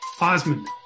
Osmond